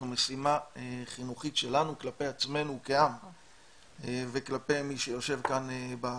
זו משימה חינוכית שלנו כלפי עצמנו כעם וכלפי מי שיושב כאן בארץ.